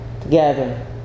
together